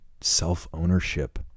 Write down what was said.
self-ownership